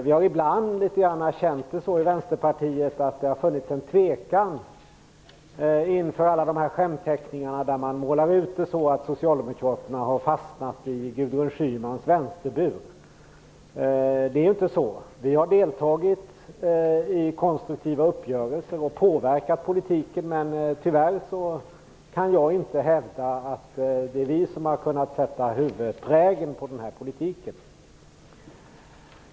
Vi har ibland i Vänsterpartiet känt det litet som att det har funnits en tvekan inför alla dessa skämtteckningar där man målar ut det som att socialdemokraterna har fastnat i Gudrun Schymans vänsterbur. Det är inte så. Vi har deltagit i konstruktiva uppgörelser och påverkat politiken. Tyvärr kan jag inte hävda att det är vi som har kunnat sätta huvudprägeln på denna politik.